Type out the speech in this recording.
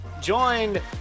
joined